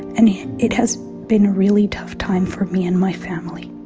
and it has been a really tough time for me and my family.